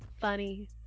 funny